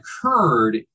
occurred